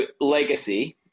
legacy